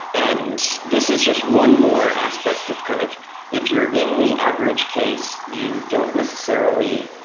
and this is just one more aspect of kind of if you're in the average case, you don't necessarily.